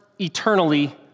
eternally